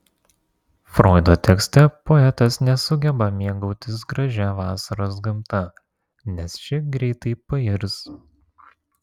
froido tekste poetas nesugeba mėgautis gražia vasaros gamta nes ši greitai pairs